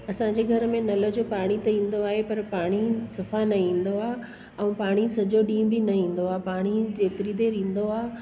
असांजे घर में नल जो पाणी त ईंदो आहे पर पाणी सफ़ा न ईंदो आहे ऐं पाणी सॼो ॾींहुं बि न ईंदो आहे पाणी जेतिरी देरि ईंदो आहे